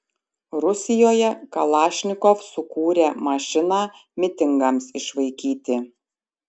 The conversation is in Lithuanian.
rusijoje kalašnikov sukūrė mašiną mitingams išvaikyti